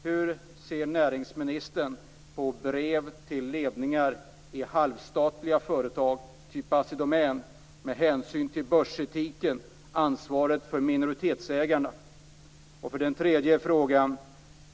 Hur ser näringsministern på brev till ledningar i halvstatliga företag, av typen Assi Domän, med hänsyn till börsetiken och ansvaret för minoritetsägarna? 3.